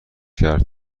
کرد